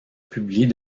publier